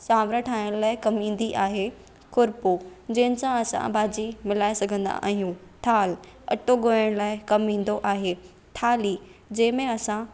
चावर ठाहिण लाइ कमु ईंदी आहे खुरिपियूं जंहिंसां असां भाॼी मिलाए सघंदा आहियूं थाल अटो ॻोहण लाइ कमु ईंदो आहे थाली जंहिंमें असां